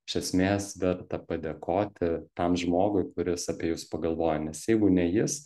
iš esmės verta padėkoti tam žmogui kuris apie jus pagalvojo nes jeigu ne jis